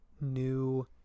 new